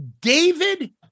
David